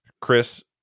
Chris